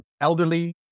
Elderly